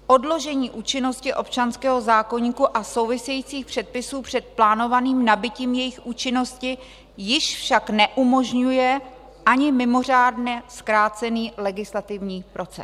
Odložení účinnosti občanského zákoníku a souvisejících předpisů před plánovaným nabytím jejich účinnosti již však neumožňuje ani mimořádně zkrácený legislativní proces.